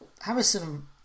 Harrison